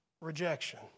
rejection